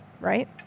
right